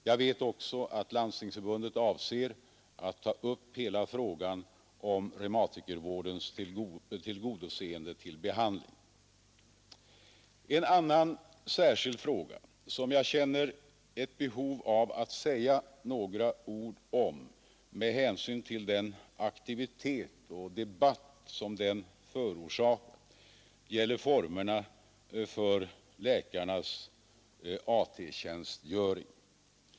Jag vet också att Landstingsförbundet avser att ta upp hela frågan om reumatikervårdens tillgodoseende till behandling. En annan särskild fråga, som jag känner ett behov av att säga några ord om med hänsyn till den aktivitet och debatt som den förorsakat, gäller formerna för läkarnas AT-tjänstgöring.